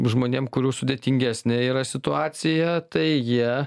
žmonėm kurių sudėtingesnė yra situacija tai jie